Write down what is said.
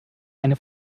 eine